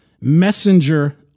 messenger